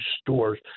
stores